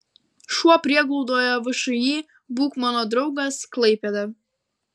šuo prieglaudoje všį būk mano draugas klaipėda